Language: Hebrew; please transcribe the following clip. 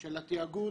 של התיאגוד.